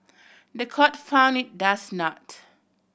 the court found it does not